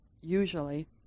usually